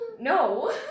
no